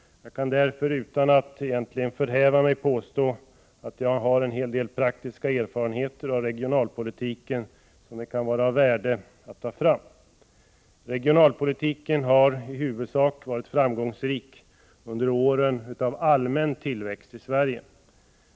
Jag kan därmed utan att förhäva mig påstå att jag har en hel del praktiska erfarenheter av regionalpolitiken, som det kan vara av värde att ta fram. Regionalpolitiken har i huvudsak varit framgångsrik under åren av allmän tillväxt i Sverige.